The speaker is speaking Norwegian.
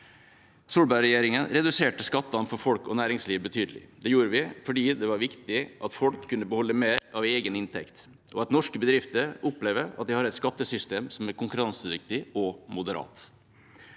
Solberg-regjeringa reduserte skattene for folk og næringsliv betydelig. Det gjorde vi fordi det var viktig at folk kunne beholde mer av egen inntekt, og at norske bedrifter opplevde at de hadde et skattesystem som var konkurransedyktig og moderat.